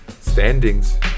standings